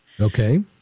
okay